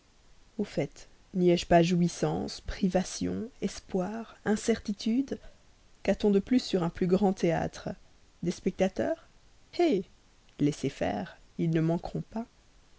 au fait n'y ai-je pas jouissances privations espoir incertitude qu'a-t-on de plus sur un plus grand théâtre des spectateurs hé laissez faire ils ne manqueront pas